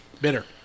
Bitter